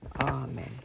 Amen